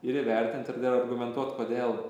ir įvertint ir dar argumentuot kodėl